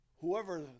whoever